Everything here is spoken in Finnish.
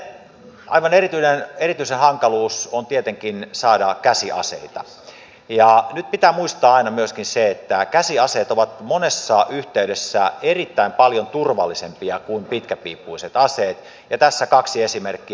sitten aivan erityinen hankaluus on tietenkin saada käsiaseita ja nyt pitää muistaa aina myöskin se että käsiaseet ovat monessa yhteydessä erittäin paljon turvallisempia kuin pitkäpiippuiset aseet ja tässä kaksi esimerkkiä